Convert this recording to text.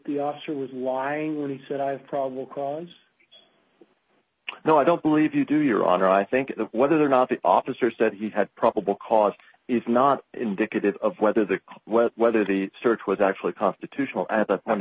the officer was lying when he said i have probable cause no i don't believe you do your honor i think whether or not the officer said he had probable cause is not indicative of whether the whether the search was actually constitutional at the